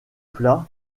plat